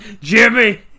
Jimmy